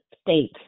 state